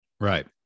right